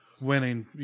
winning